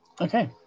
okay